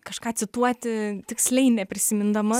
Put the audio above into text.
kažką cituoti tiksliai neprisimindama